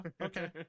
Okay